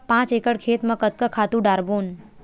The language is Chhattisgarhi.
पांच एकड़ खेत म कतका खातु डारबोन?